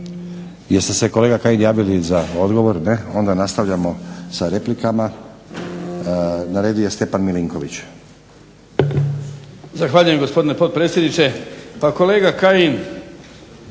Jeste se kolega Kajin javili za odgovor? Ne. Onda nastavljamo sa replikama. Na redu je Stjepan Milinković. **Milinković, Stjepan (HDZ)** Zahvaljujem gospodine potpredsjedniče. Pa kolega Kajin